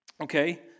okay